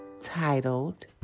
titled